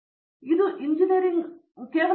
ಆದ್ದರಿಂದ ಇದು ಎಂಜಿನಿಯರಿಂಗ್ ಅಲ್ಲ